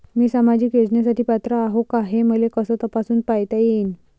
मी सामाजिक योजनेसाठी पात्र आहो का, हे मले कस तपासून पायता येईन?